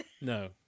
No